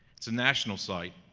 is a national site,